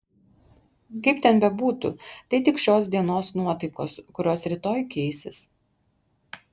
kaip ten bebūtų tai tik šios dienos nuotaikos kurios rytoj keisis